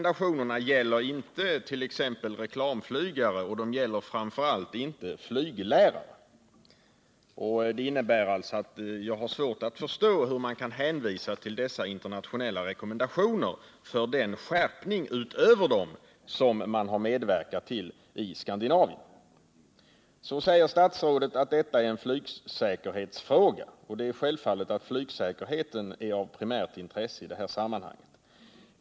De gäller inte t.ex. reklamflygare och framför allt inte flyglärare. Det innebär att jag har svårt att förstå hur man kan hänvisa till dessa internationella rekommendationer för den skärpning utöver dessa som man har medverkat till i Skandinavien. Statsrådet säger att detta är en flygsäkerhetsfråga. Flygsäkerheten är självfallet av primärt intresse i detta sammanhang.